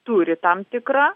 turi tam tikrą